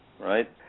right